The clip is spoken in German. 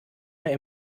mehr